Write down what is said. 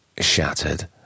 shattered